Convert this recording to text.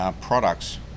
products